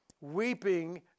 weeping